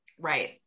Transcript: Right